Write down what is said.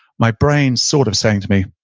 my brain's sort of saying to me,